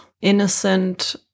innocent